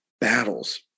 battles